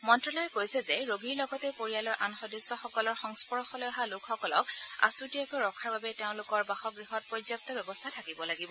মন্ত্যালয়ে কৈছে যে ৰোগীৰ লগতে পৰিয়ালৰ আন সদস্যসকলৰ সংস্পৰ্শলৈ অহা লোকসকলক আছুতীয়াকৈ ৰখাৰ বাবে তেওঁলোকৰ বাসগৃহত পৰ্যাপ্ত ব্যৱস্থা থাকিব লাগিব